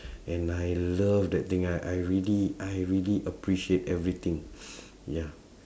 and I love that thing I I really I really appreciate everything ya